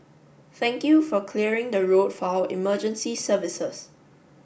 thank you for clearing the road for our emergency services